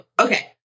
Okay